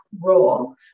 role